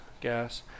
gas